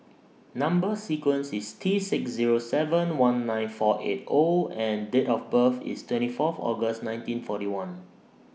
Number sequence IS T six Zero seven one nine four eight O and Date of birth IS twenty Fourth August nineteen forty one